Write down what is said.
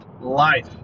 Life